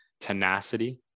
tenacity